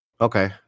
Okay